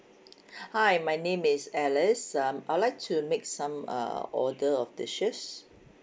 hi my name is alice um I would like to make some uh order of dishes